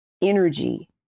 energy